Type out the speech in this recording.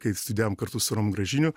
kai studijavom kartu su romu gražiniu